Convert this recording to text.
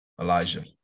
Elijah